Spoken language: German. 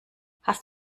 hast